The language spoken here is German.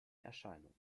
erscheinung